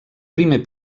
primer